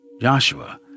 Joshua